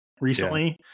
recently